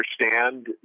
understand